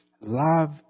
love